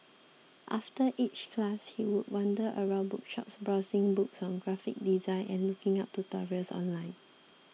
after each class he would wander around bookshops browsing books on graphic design and looking up tutorials online